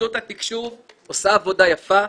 רשות התקשוב עושה עבודה יפה,